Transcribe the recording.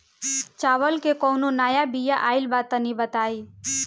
चावल के कउनो नया बिया आइल बा तनि बताइ?